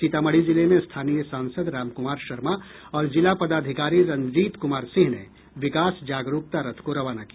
सीतामढी जिले में स्थानीय सांसद रामकुमार शर्मा और जिला पदाधिकारी रणजीत कुमार सिंह ने विकास जागरूकता रथ को रवाना किया